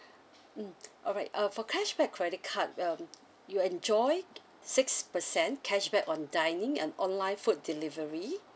mm alright uh for cashback credit card um you enjoy six percent cashback on dining and online food delivery